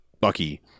bucky